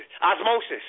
osmosis